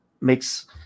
makes